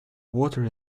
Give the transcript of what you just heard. water